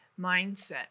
mindset